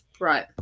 Right